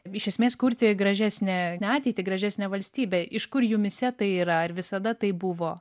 iš esmės kurti gražesnę ateitį gražesnę valstybę iš kur jumyse tai yra ar visada taip buvo